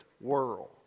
world